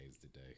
today